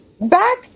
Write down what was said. Back